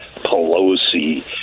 Pelosi